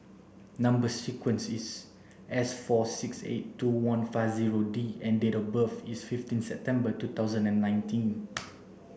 number sequence is S four six eight two one five zero D and date of birth is fifteen September two thousand and nineteen